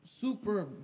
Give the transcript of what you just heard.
super